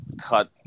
cut